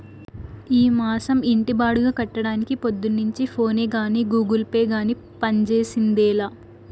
ఈ మాసం ఇంటి బాడుగ కట్టడానికి పొద్దున్నుంచి ఫోనే గానీ, గూగుల్ పే గానీ పంజేసిందేలా